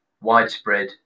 widespread